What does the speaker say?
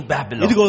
Babylon